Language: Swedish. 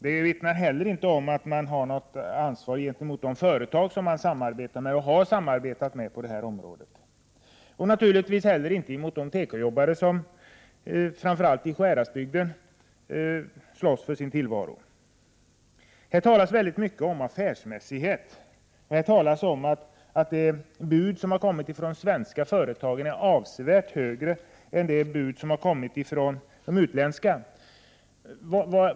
Dessutom vittnar inte svaret om att man har något ansvar gentemot de företag som man på detta område samarbetar och har samarbetat med: Inte heller vill man ta något ansvar för de tekoarbetare, framför allt i Sjuhäradsbygden, som slåss för sin tillvaro. Här talas mycket om affärsmässighet och om att de bud som avgetts av de svenska företagen är avsevärt högre än de som avgetts av de utländska företagen.